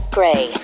Gray